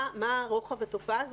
מה רוחב התופעה הזאת.